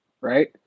right